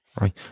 Right